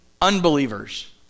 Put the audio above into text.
unbelievers